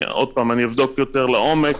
אבדוק יותר לעומק.